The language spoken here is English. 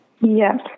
Yes